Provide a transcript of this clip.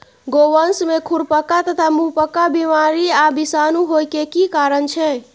गोवंश में खुरपका तथा मुंहपका बीमारी आ विषाणु होय के की कारण छै?